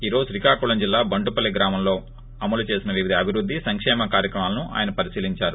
ఈ రోజు శ్రీకాకుళం జిల్లా బంటుపల్లి గ్రామంలో అమలు చేసిన వివిధ అభివృద్ది సంకేమ కార్యక్రమాలను ఆయన పరిశీలిచారు